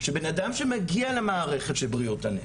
שבן-אדם שמגיע למערכת של בריאות הנפש,